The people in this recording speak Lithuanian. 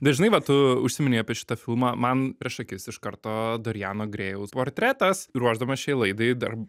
bet žinai va tu užsiminei apie šitą filmą man prieš akis iš karto doriano grėjaus portretas ruošdamas šiai laidai dar